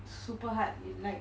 super hard you like